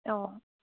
অঁ